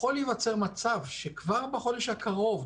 יכול להיווצר מצב שכבר בחודש הקרוב,